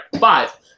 five